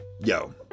yo